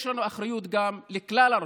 יש לנו אחריות גם לכלל הרשויות,